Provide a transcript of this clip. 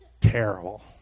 Terrible